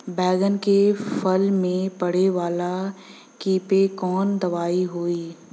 बैगन के फल में पड़े वाला कियेपे कवन दवाई होई?